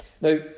Now